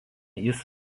jis